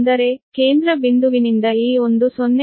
ಅಂದರೆ ಕೇಂದ್ರ ಬಿಂದುವಿನಿಂದ ಈ ಒಂದು 0